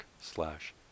slash